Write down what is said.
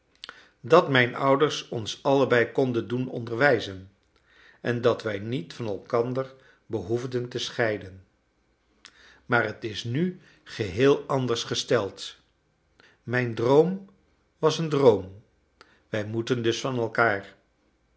dat mijn ouders ons allebei konden doen onderwijzen en dat wij niet van elkander behoefden te scheiden maar t is nu geheel anders gesteld mijn droom was een droom wij moeten dus van elkaar